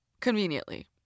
conveniently